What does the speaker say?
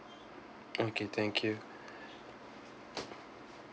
okay thank you